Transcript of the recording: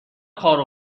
خارق